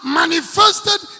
manifested